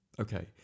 Okay